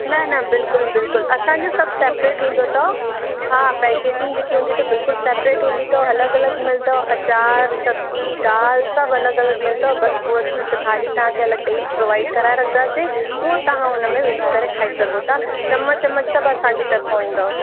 न न बिल्कुलु बिल्कुलु असांजो सभु सेपरेट हूंदो अथव हा पैकेजिंग जेके हूंदी अथव बिल्कुलु सेपरेट हूंदी अथव अलॻि अलॻि मिलंदव अचार सब्जी दालि सभु अलॻि अलॻि मिलंदव बसि उहा हिकु थाली तव्हांखे अलॻि ॾई प्रोवाइड कराए रखदासीं उहा तव्हां हुन में विझी करे खाई सघो था चम्मच चम्मच सब असांजी तर्फ़ां ईंदव